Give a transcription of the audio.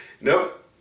Nope